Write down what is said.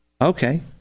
okay